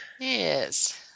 Yes